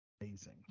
amazing